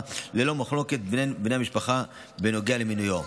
לאפוטרופוס ללא מחלוקת בין בני המשפחה בנוגע למינויו.